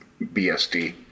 BSD